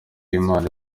imana